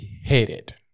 hated